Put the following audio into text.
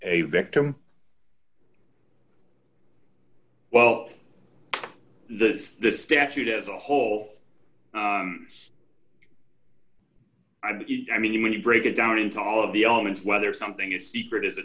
a victim well the statute as a whole idea i mean when you break it down into all of the elements whether something is secret is the